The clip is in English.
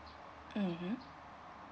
mmhmm